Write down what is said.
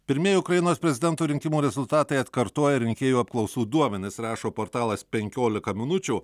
pirmieji ukrainos prezidento rinkimų rezultatai atkartoja rinkėjų apklausų duomenis rašo portalas penkiolika minučių